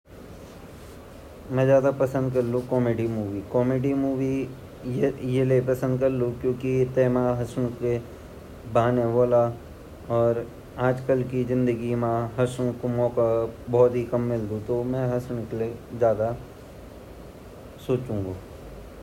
वनता इंसानो अप्रु-अप्रु नेचर वोंदु, मेते भाई कॉमेडी मूवी बोत अछि लगनी किलेकी वेमा हैसांडो वोंदु अर मेते ता हसंड अर लोगूते हसोंड़ भी ची अर मेते खुद देखण भी इनि लगन की सब लोग हसंड लगया।